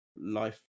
life